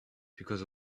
because